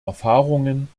erfahrungen